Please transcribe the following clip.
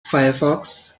firefox